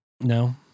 No